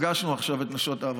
פגשנו עכשיו את נשות האברכים.